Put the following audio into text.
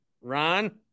Ron